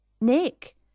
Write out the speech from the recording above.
Nick